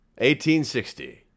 1860